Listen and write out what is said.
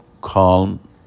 calm